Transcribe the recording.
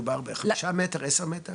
מדובר ב-5 מטר, 10 מטר?